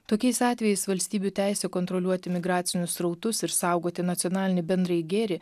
tokiais atvejais valstybių teisė kontroliuoti migracinius srautus ir saugoti nacionalinį bendrąjį gėrį